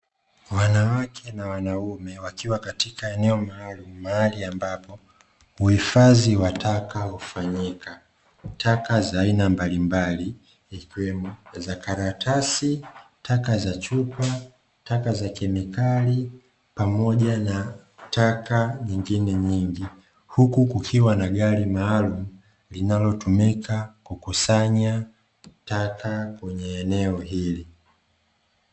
Wanawake na wanaume wakiwa katika eneo maalum mahali ambapo uhifadhi wa taka kufanyika, taka za aina mbalimbali zikiwemo za karatasi, taka za chupa taka za kemikali pamoja na taka nyingine nyingi, huku kukiwa na gari maalumu linalotumika kukusanya taka kwenye eneo hili.